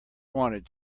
wanted